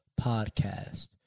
Podcast